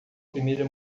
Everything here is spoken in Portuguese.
primeira